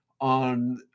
on